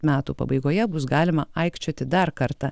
metų pabaigoje bus galima aikčioti dar kartą